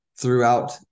throughout